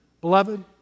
beloved